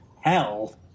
hell